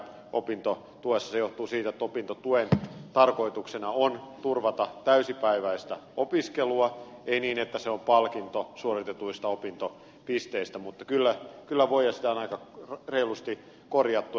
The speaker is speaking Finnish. se johtuu siitä että opintotuen tarkoituksena on turvata täysipäiväistä opiskelua ei niin että se on palkinto suoritetuista opintopisteistä mutta kyllä sitä voi ja sitä on aika reilusti korjattu